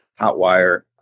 Hotwire